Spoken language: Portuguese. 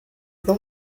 não